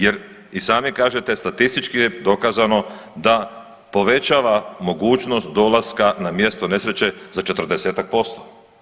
Jer i sami kažete statistički je dokazano da povećava mogućnost dolaska na mjesto nesreće za četrdesetak posto.